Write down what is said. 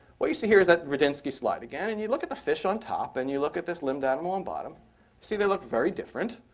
what you see here is that radinsky slide again. and you look at the fish on top, and you look at this limbed animal on bottom. you see they look very different.